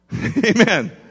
Amen